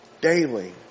daily